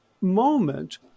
moment